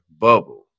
bubble